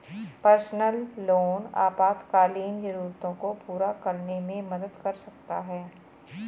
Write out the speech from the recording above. personal loan आपातकालीन जरूरतों को पूरा करने में मदद कर सकता है